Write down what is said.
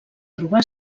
trobar